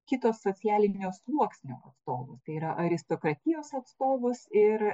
kito socialinio sluoksnio atstovus tai yra aristokratijos atstovus ir